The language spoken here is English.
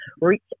reach